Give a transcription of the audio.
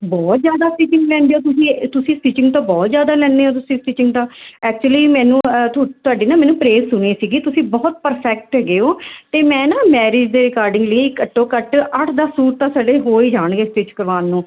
ਬਹੁਤ ਜ਼ਿਆਦਾ ਸਟੀਚਿੰਗ ਲੈਂਦੇ ਹੋ ਤੁਸੀਂ ਤੁਸੀਂ ਸਟੀਚਿੰਗ ਤਾਂ ਬਹੁਤ ਜ਼ਿਆਦਾ ਲੈਂਦੇ ਹੋ ਤੁਸੀਂ ਸਟੀਚਿੰਗ ਤਾਂ ਐਕਚੁਲੀ ਮੈਨੂੰ ਥੁ ਤੁਹਾਡੀ ਨਾ ਮੈਨੂੰ ਪ੍ਰੇਜ ਸੁਣੀ ਸੀਗੀ ਤੁਸੀਂ ਬਹੁਤ ਪਰਫੈਕਟ ਹੈਗੇ ਹੋ ਅਤੇ ਮੈਂ ਨਾ ਮੈਰਿਜ ਦੇ ਰਿਗਾਰਡਿੰਗਲੀ ਘੱਟੋ ਘੱਟ ਅੱਠ ਦਸ ਸੂਟ ਤਾਂ ਸਾਡੇ ਹੋ ਹੀ ਜਾਣਗੇ ਸਟਿੱਚ ਕਰਵਾਉਣ ਨੂੰ